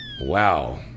Wow